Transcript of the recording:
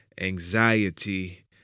anxiety